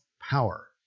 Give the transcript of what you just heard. power